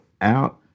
out